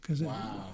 wow